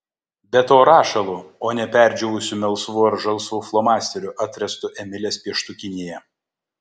be to rašalu o ne perdžiūvusiu melsvu ar žalsvu flomasteriu atrastu emilės pieštukinėje